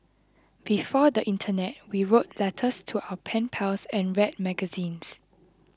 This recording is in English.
before the internet we wrote letters to our pen pals and read magazines